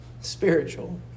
spiritual